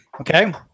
Okay